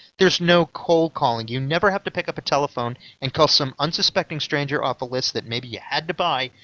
there's no cold calling you never have to pick up a telephone and call some unsuspecting stranger off of a list that maybe you had to buy,